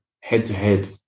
head-to-head